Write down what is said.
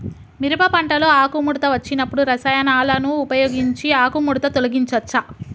మిరప పంటలో ఆకుముడత వచ్చినప్పుడు రసాయనాలను ఉపయోగించి ఆకుముడత తొలగించచ్చా?